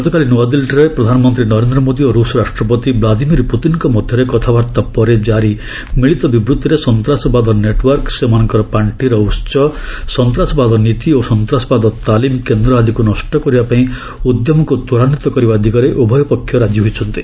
ଗତକାଲି ନ୍ତଆଦିଲ୍ଲୀଠାରେ ପ୍ରଧାନମନ୍ତ୍ରୀ ନରେନ୍ଦ୍ର ମୋଦି ଓ ରୁଷ୍ ରାଷ୍ଟ୍ରପତି ବ୍ଲୁଦିମିର୍ ପୁତିନ୍ଙ୍କ ମଧ୍ୟରେ କଥାବାର୍ତ୍ତା ପରେ କାରି ମିଳିତ ବିବୃତ୍ତିରେ ସନ୍ତ୍ରାସବାଦ ନେଟ୍ବର୍କ ସେମାନଙ୍କର ପାଣ୍ଡିର ଉତ୍ସ ସନ୍ତାସବାଦ ନୀତି ଓ ସନ୍ତ୍ରାସବାଦ ତାଲିମକେନ୍ଦ୍ର ଆଦିକୁ ନଷ୍ଟ କରିବା ପାଇଁ ଉଦ୍ୟମକୁ ତ୍ୱରାନ୍ଧିତ କରିବା ଦିଗରେ ଉଭୟପକ୍ଷ ରାଜି ହୋଇଛନ୍ତି